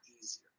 easier